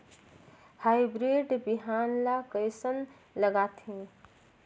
Hybrid बिहान ला कइसन लगाथे?